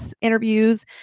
interviews